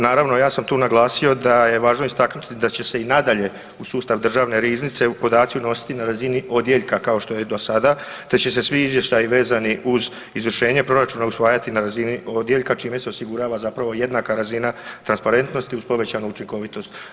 Naravno ja sam tu naglasio da je važno istaknuti da će se i nadalje u sustav državne riznice podaci unositi na razini odjeljka kao što je i do sada te će se svi izvještaji vezani uz izvršenje proračuna usvajati na razini odjeljka čime se osigurava zapravo jednaka razina transparentnosti uz povećanu učinkovitost.